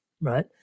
right